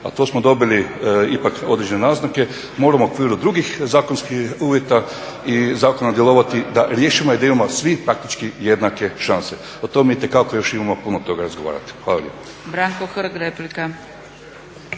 a to smo dobili ipak određene naznake, moramo u okviru drugih zakonskih uvjeta i zakona djelovati da riješimo i da imamo svi praktički jednake šanse. O tome itekako još imamo puno toga razgovarati. Hvala